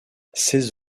ses